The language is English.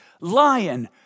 lion